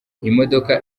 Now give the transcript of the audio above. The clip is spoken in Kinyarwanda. imodoka